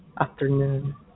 afternoon